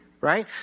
Right